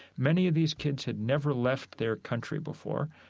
many of these kids had never left their country before.